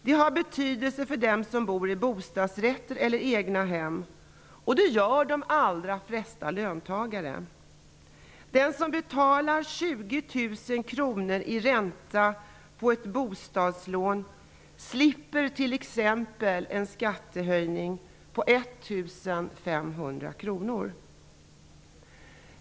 Det har betydelse för dem som bor i bostadsrätter eller egna hem -- det gör de allra flesta löntagare. Den som betalar 20 000 kr i ränta på ett bostadslån slipper t.ex. en skattehöjning på 1 500 kr.